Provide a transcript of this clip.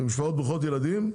משפחות ברוכות ילדים,